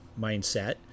mindset